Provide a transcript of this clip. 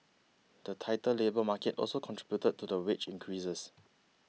the tighter labour market also contributed to the wage increases